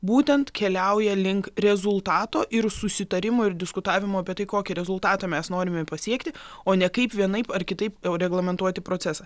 būtent keliauja link rezultato ir susitarimo ir diskutavimo apie tai kokį rezultatą mes norime pasiekti o ne kaip vienaip ar kitaip reglamentuoti procesą